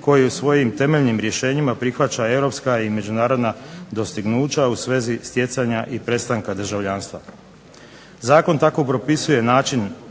koji u svojim temeljnim rješenjima prihvaća europska i međunarodna dostignuća u svezi stjecanja i prestanka državljanstva. Zakon tako propisuje